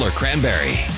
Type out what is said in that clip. cranberry